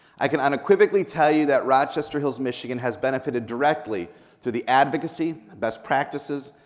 i can unequivocally tell you that rochester hills, michigan has benefited directly through the advocacy, best practices,